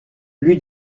lui